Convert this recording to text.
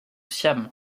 siam